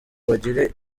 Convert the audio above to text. bagire